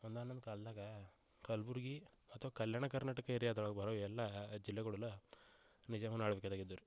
ಒಂದಾನೊಂದು ಕಾಲ್ದಾಗ ಕಲ್ಬುರ್ಗಿ ಅಥ್ವ ಕಲ್ಯಾಣ ಕರ್ನಾಟಕ ಏರಿಯಾದೊಳಗೆ ಬರೋ ಎಲ್ಲ ಜಿಲ್ಲೆಗಳಲ್ಲಿ ನಿಜಾಮನ ಆಳ್ವಿಕೆಯದಗಿದ್ದುರಿ